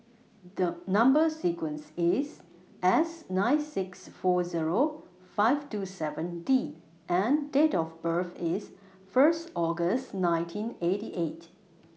The Number sequence IS S nine six four Zero five two seven D and Date of birth IS First August nineteen eighty eight